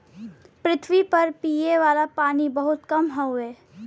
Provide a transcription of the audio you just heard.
पृथवी पर पिए वाला पानी बहुत कम हउवे